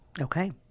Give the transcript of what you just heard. Okay